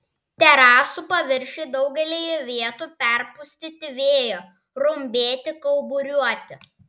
terasų paviršiai daugelyje vietų perpustyti vėjo rumbėti kauburiuoti